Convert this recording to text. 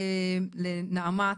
מנעמ"ת,